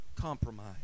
compromise